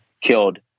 killed